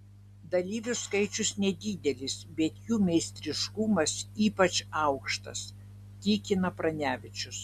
dalyvių skaičius nedidelis bet jų meistriškumas ypač aukštas tikina pranevičius